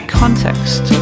context